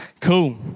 Cool